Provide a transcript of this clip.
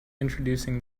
introducing